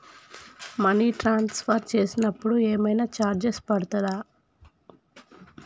Money transfer చేసినప్పుడు ఏమైనా charges పడతయా?